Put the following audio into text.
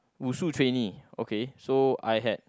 WuShu trainee okay so I had